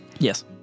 Yes